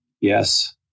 Yes